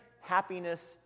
happiness